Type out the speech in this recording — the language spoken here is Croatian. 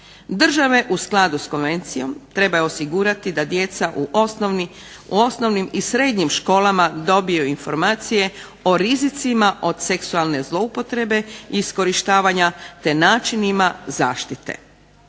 Države u skladu s konvencijom trebaju osigurati da djeca u osnovnim i srednjim školama dobiju informacije o rizicima od seksualne zloupotrebe i iskorištavanja te načinima zaštite.